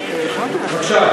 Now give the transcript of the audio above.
בבקשה,